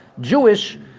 Jewish